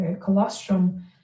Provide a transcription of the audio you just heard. colostrum